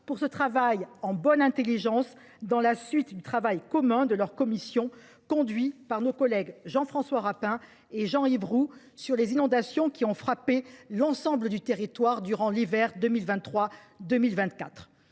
pour ce travail en bonne intelligence, dans la suite du rapport commun à leurs commissions, élaboré par nos collègues Jean François Rapin et Jean Yves Roux, sur les inondations ayant frappé l’ensemble du territoire durant l’hiver 2023 2024.